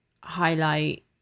highlight